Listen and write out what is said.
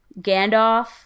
gandalf